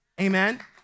Amen